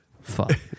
fuck